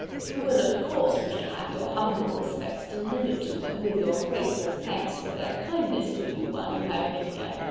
you will of course wish to have your humble respects delivered to them, with your grateful thanks for their kindness to you while you have been here.